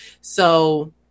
So-